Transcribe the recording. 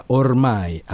ormai